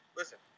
Listen